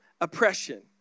oppression